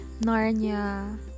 Narnia